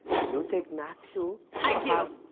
do you take matthew i do!